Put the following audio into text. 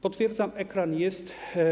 Potwierdzam, ekran jest.